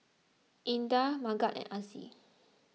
Indah Megat and Aziz